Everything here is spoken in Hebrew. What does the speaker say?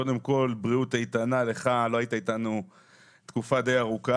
שלום לכם ושמח לראות שיושב-ראש הוועדה חזר אלינו,